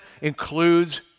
includes